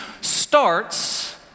starts